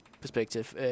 perspective